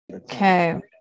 Okay